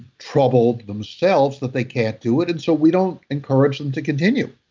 troubled themselves that they can't do it, and so we don't encourage them to continue.